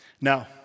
Now